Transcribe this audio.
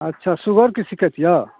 अच्छा शुगरके शिकायत यऽ